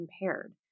impaired